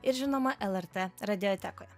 ir žinoma lrt radiotekoje